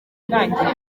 ntangiro